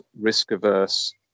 risk-averse